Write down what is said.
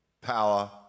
power